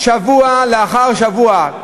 שבוע לאחר שבוע,